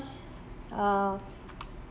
uh